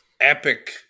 epic